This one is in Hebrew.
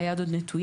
היד עוד נטויה.